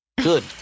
Good